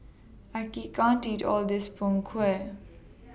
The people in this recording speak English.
I can't eat All This Png Kueh